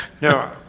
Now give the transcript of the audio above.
No